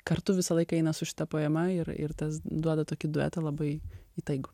kartu visą laiką eina su šita poema ir ir duoda tokį duetą labai įtaigų